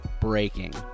Breaking